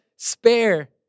Spare